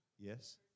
Yes